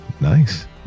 nice